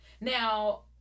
Now